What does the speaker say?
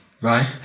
right